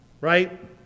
Right